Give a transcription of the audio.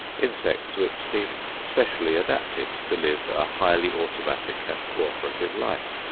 insects which seem specially adapted to live a highly automatic and cooperative life,